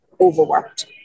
overworked